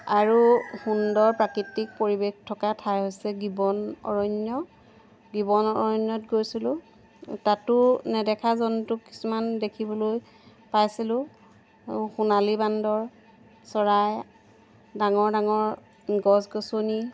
আৰু সুন্দৰ প্ৰাকৃতিক পৰিৱেশ থকা ঠাই হৈছে গিবন অৰণ্য গিবন অৰণ্যত গৈছিলোঁ তাতো নেদেখা জন্তু কিছুমান দেখিবলৈ পাইছিলোঁ সোণালী বান্দৰ চৰাই ডাঙৰ ডাঙৰ গছ গছনি